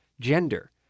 gender